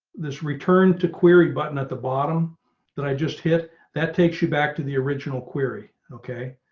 this return to query button at the bottom that i just hit that takes you back to the original query. okay,